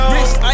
Rich